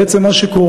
בעצם מה שקורה,